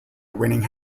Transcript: winning